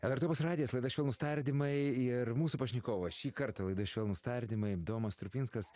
lrt opus radijas laida švelnūs tardymai ir mūsų pašnekovas šį kartą laidoje švelnūs tardymai domas strupinskas